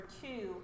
two